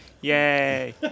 Yay